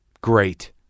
Great